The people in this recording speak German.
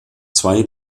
zwei